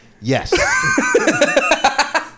Yes